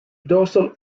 dorsal